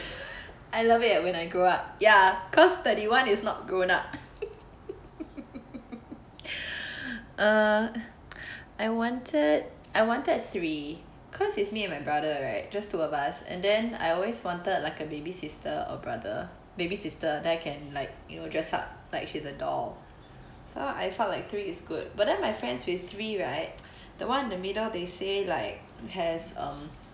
I love it when I grow up ya cause thirty one is not grown up uh I wanted I wanted three cause it's me and my brother right just two of us and then I always wanted like a baby sister or brother baby sister that I can like just hug like she's a doll so I thought like three is good but then my friends with three right the one in the middle they say like has um